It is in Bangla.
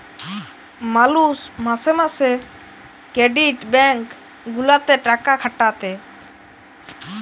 মালুষ মাসে মাসে ক্রেডিট ব্যাঙ্ক গুলাতে টাকা খাটাতে